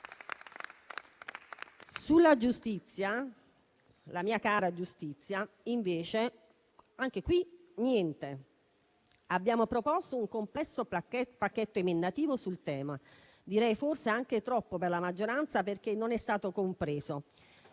Sulla giustizia, invece, non è stato fatto niente. Abbiamo proposto un complesso pacchetto emendativo sul tema, direi forse anche troppo per la maggioranza, perché non è stato compreso.